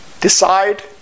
Decide